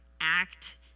act